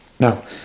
Now